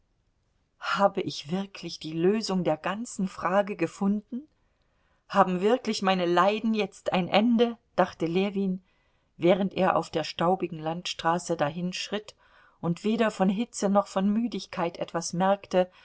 habe ich wirklich die lösung der ganzen frage gefunden haben wirklich meine leiden jetzt ein ende dachte ljewin während er auf der staubigen landstraße dahinschritt und weder von hitze noch von müdigkeit etwas merkte